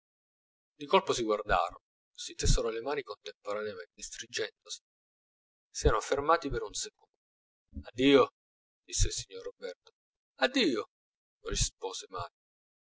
di colpo si guardarono si tesero le mani contemporaneamente stringendosele si erano fermati per un secondo addio disse il signor roberto addio rispose manlio